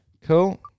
Cool